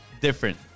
different